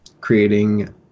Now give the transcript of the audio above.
creating